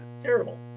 terrible